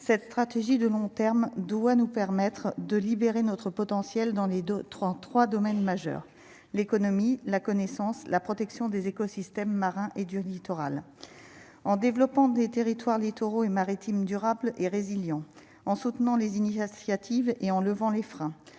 cette stratégie de long terme, doit nous permettre de libérer notre potentiel dans les deux 3 3 domaines majeurs : l'économie, la connaissance, la protection des écosystèmes marins et du littoral, en développant des territoires littoraux et maritime durable est résiliant en soutenant les initiés associative et en levant les freins